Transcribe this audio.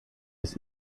des